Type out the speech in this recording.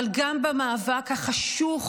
אבל גם במאבק החשוך,